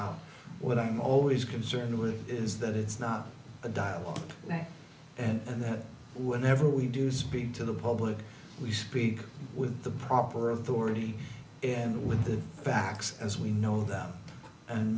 out what i'm always concerned with is that it's not a dialogue and that whenever we do speak to the public we speak with the proper authority and with the facts as we know them and